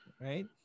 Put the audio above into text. right